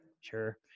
Sure